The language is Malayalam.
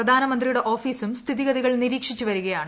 പ്രധാനമന്ത്രിയുടെ ഓഫീസും സ്ഥിതിഗതികൾ നിരീക്ഷിച്ചു വരികയാണ്